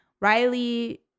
Riley